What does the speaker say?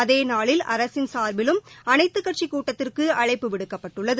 அதேநாளில் அரசின் சாா்பிலும் அனைத்துக் கட்சிக் கூட்டத்திற்கு அழைப்பு விடுக்கப்பட்டுள்ளது